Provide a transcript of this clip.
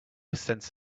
sense